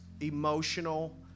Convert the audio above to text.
emotional